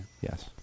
Yes